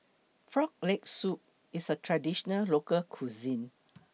Frog Leg Soup IS A Traditional Local Cuisine